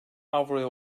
avroya